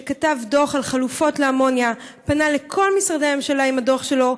שכתב דוח על חלופות לאמוניה ופנה לכל משרדי הממשלה עם הדוח שלו,